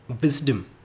wisdom